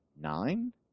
Nine